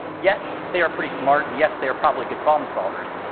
yes, they are pretty smart, and yes, they are probably good problem solvers.